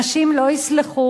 אנשים לא יסלחו.